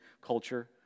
culture